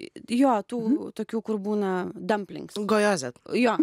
jo tų tokių kur būna dumplings gojoza jo